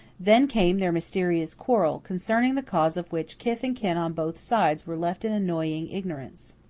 then came their mysterious quarrel, concerning the cause of which kith and kin on both sides were left in annoying ignorance.